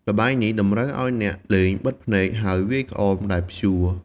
ល្បែងនេះតម្រូវឲ្យអ្នកលេងបិទភ្នែក ហើយវាយក្អមដែលព្យួរ។